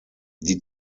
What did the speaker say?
die